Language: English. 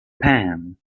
pan